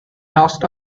last